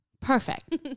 Perfect